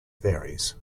varies